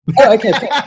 Okay